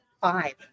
five